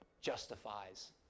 justifies